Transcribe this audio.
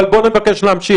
אבל בואו נבקש להמשיך.